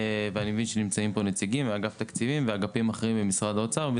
אני מבין שנמצאים פה נציגים מאגף תקציבים ואגפים אחרים במשרד האוצר.